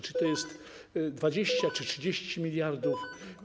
Czy to jest 20 czy 30 mld?